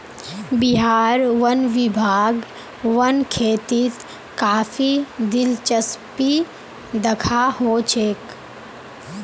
बिहार वन विभाग वन खेतीत काफी दिलचस्पी दखा छोक